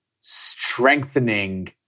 strengthening